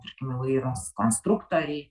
tarkim įvairios konstruktoriai